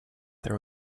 there